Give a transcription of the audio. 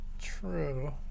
True